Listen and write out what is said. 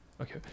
Okay